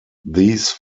these